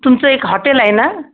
तुमचं एक हॉटेल आहे ना